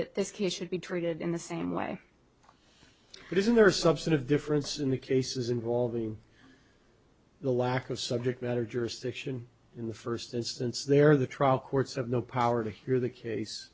that this case should be treated in the same way but isn't there substantive difference in the cases involving the lack of subject matter jurisdiction in the first instance there the trial courts have no power to hear the case